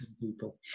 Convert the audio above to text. people